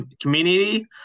Community